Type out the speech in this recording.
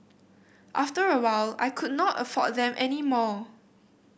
after a while I could not afford them any more